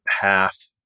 path